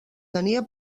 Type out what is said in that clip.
tenia